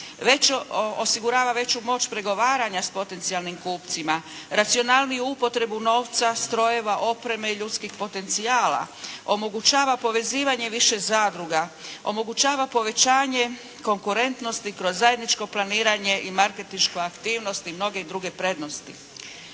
osigurava veću moć pregovaranja s potencijalnim kupcima, racionalniju upotrebu novca, strojeva, opreme i ljudskih potencijala, omogućava povezivanje više zadruga, omogućava povećanje konkurentnosti kroz zajedničko planiranje i marketinšku aktivnost i mnoge druge prednosti.